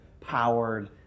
powered